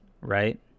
Right